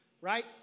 right